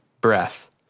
breath